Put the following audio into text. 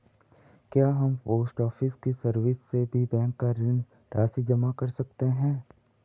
क्या हम post office की सर्विस से भी बैंक में ऋण राशि जमा कर सकते हैं?